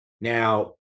Now